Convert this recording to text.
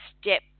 step